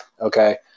Okay